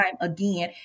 again